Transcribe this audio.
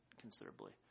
considerably